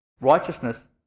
righteousness